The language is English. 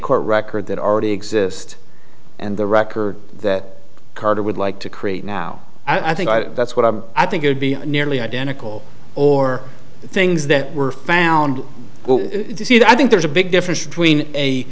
court record that already exist and the record that carter would like to create now i think that's what i think it would be nearly identical or things that were found i think there's a big difference between a